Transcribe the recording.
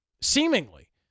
Seemingly